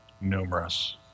numerous